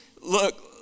look